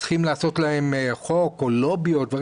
צריכים לעשות להם חוק או לובי או דברים.